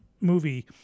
movie